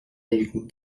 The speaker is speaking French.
allume